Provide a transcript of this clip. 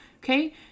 okay